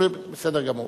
בסדר גמור.